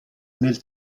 nel